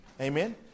amen